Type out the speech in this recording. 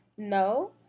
No